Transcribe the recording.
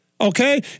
Okay